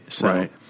Right